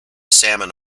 salmon